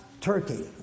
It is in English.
Turkey